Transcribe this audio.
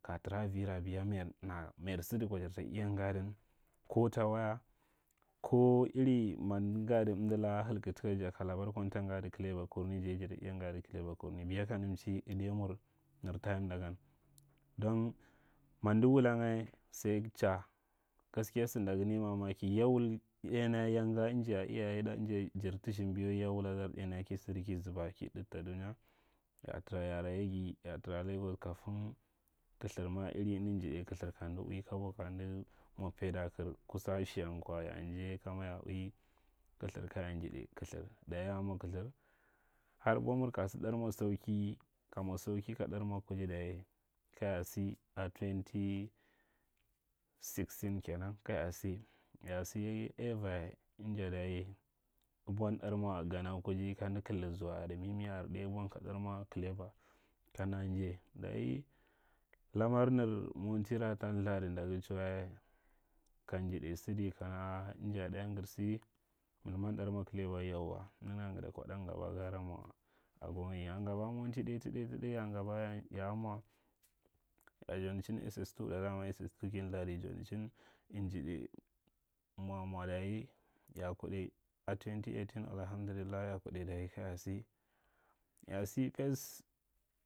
Kayar tara avara abiya, mayar sada kwa jar ta iya ngadan, ko ta waya, ko iri manda ngad ngado amdo laka halka taka j aka labar kwa amta ngado kaleba kurni, jaye jada iya ngado kaleba kurni. Biya kamda mchi adaiyamur biya kamdo mchi adaiyamur nir tayimda gan. Don manado wulanga. Sai cha, gaskiya sa nda ga nai mamaki, ya wul ɗainya ya nga anja yaye ɗa jar ta sthimbiyalbar ya wuladar ɗainya ka sadi zuba ka ɗadi ta dunya ya a tara ya a ra yagi, ya a tara lagos kafin kilthir ma, irin amda njidai kilthir kanda uwi kabo kamda mwa paida a kar, kusan shiya nkwa ya a njai kama yaa ui kilthir kaya njidai kilthir. Dayi ya mwa kilthir, har abwamur ka sa ɗar mwa snaki, ka ɗar mwa kuji dayi kaya sa a twenty sixteen kena, kaya sa, ya a sa aiva, inja dayi abwan ɗar mwa gana kuji kamda kalda zuwa are mimi are ɗai, abwan ka ɗar mwa kaleba kamda njai. Dayi lamar nir monti ra ta lthadi nda ga chuwa ka nji dai sada kana inja ɗaiyan gar sa milman ɗar mwa kaleba, yanwa nanagan gada kwaɗa ngaba gara mwa ago, ya a ngaba a monti ta ɗai ta ɗai ya a mwa as the mchi ss2 ɗa gan ss2 ka lthadi a jonichin, aniiɗai mwa mwa dayi ya a kuɗai a twenty eighteen alhamduiiahi hakudi dayi kaya sa ya a sa fes.